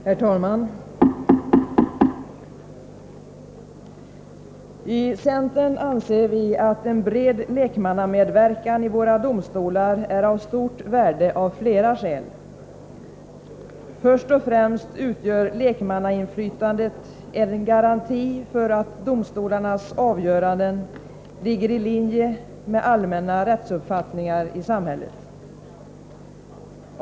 Herr talman! I centern anser vi att en bred lekmannamedverkan i våra domstolar är av stort värde av flera skäl. Först och främst utgör lekmannainflytandet en garanti för att domstolarnas avgöranden ligger i linje med allmänna rättsuppfattningar i samhället.